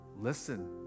Listen